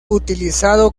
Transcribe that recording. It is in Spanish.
utilizado